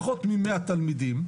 פחות מ-100 תלמידים,